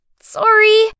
sorry